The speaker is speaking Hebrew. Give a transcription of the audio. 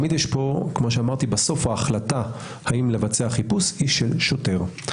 בסוף ההחלטה האם לבצע חיפוש היא של שוטר.